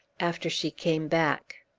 after she came back.